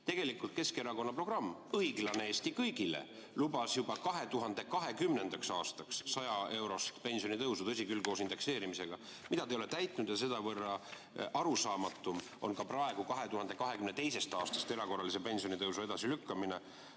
Tegelikult Keskerakonna programm "Õiglane Eesti kõigile!" lubas juba 2020. aastaks 100‑eurost pensionitõusu – tõsi küll, koos indekseerimisega –, mida te ei ole täitnud, ja sellevõrra arusaamatum on ka praegu 2022. aastast erakorralise pensionitõusu edasilükkamine.